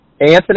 Anthony